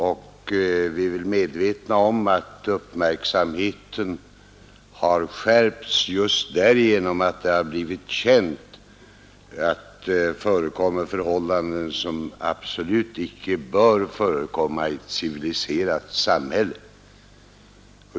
Vi är väl medvetna om att uppmärksamheten skärpts just genom att det blivit känt att det förekommer förhållanden som absolut icke bör förekomma i ett civiliserat samhälle.